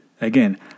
Again